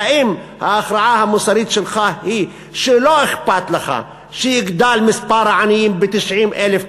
אם ההכרעה המוסרית שלך היא שלא אכפת לך שמספר העניים יגדל ב-90,000,